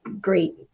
great